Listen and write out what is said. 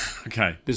Okay